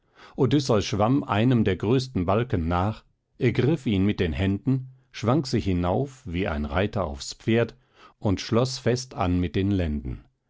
odysseus schwamm einem der größten balken nach ergriff ihn mit den händen schwang sich hinauf wie ein reiter aufs pferd und schloß fest an mit den lenden